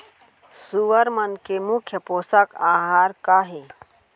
सुअर मन के मुख्य पोसक आहार का हे?